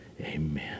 Amen